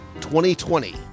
2020